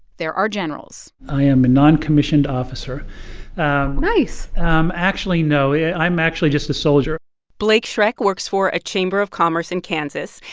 there are generals i am a noncommissioned officer nice um actually, no, yeah i'm actually just a soldier blake schreck works for a chamber of commerce in kansas,